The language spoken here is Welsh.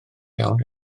iawn